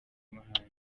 amahane